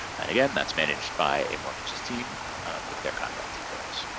and again that's managed by a mortgages team with their contact details.